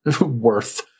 worth